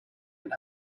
and